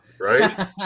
right